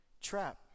trap